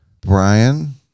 Brian